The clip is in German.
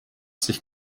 sich